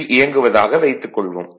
ல் இயங்குவதாக வைத்துக் கொள்வோம்